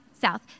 south